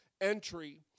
entry